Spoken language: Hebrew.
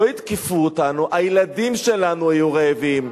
לא יתקפו אותנו, הילדים שלנו יהיו רעבים.